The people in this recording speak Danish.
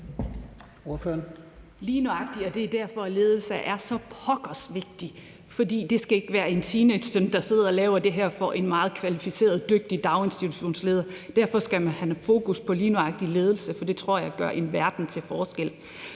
Lige nøjagtig, og det er jo derfor, ledelse er så pokkers vigtigt. For det skal ikke være en teenagesøn, der sidder og laver det her for en meget kvalificeret og dygtig daginstitutionsleder. Derfor skal man holde fokus på lige nøjagtig ledelse, for det tror jeg gør en verden til forskel.